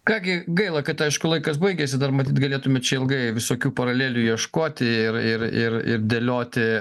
ką gi gaila kad aišku laikas baigėsi dar matyt galėtume čia ilgai visokių paralelių ieškoti ir ir ir ir dėlioti